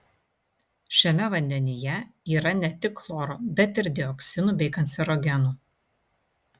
šiame vandenyje yra ne tik chloro bet ir dioksinu bei kancerogenų